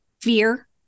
fear